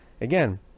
again